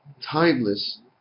timeless